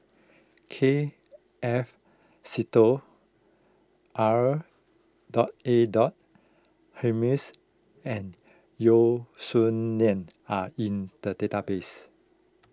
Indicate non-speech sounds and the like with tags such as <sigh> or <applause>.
K F Seetoh R dot A dot Hamid <noise> and Yeo Song Nian are in the database